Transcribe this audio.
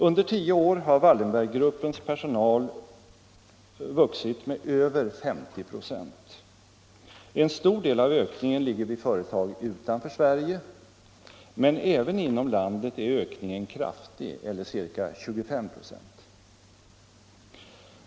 Under tio år har Wallenberggruppens personal vuxit med över 50 46. En stor del av ökningen ligger vid företag utanför Sverige, men inom landet är ökningen kraftig eller ca 25 96.